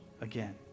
again